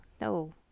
No